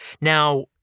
Now